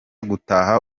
gutaha